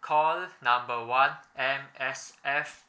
call number one M_S_F